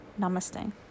Namaste